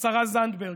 השרה זנדברג?